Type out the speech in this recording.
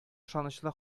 ышанычлы